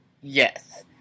Yes